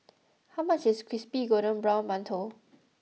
how much is Crispy Golden Brown Mantou